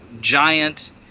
giant